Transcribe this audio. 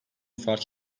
fark